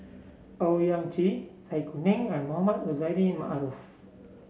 Owyang Chi Zai Kuning and Mohamed Rozani Maarof